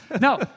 No